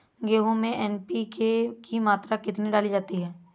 गेहूँ में एन.पी.के की मात्रा कितनी डाली जाती है?